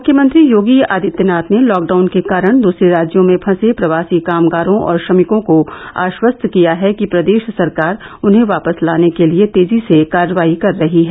मुख्यमंत्री योगी आदित्यनाथ ने लॉकडाउन के कारण दूसरे राज्यों में फंसे प्रवासी कामगारों और श्रमिकों को आश्वस्त किया है कि प्रदेश सरकार उन्हें वापस लाने के लिए तेजी से कार्रवाई कर रही है